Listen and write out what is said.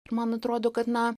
ir man atrodo kad na